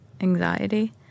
anxiety